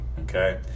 okay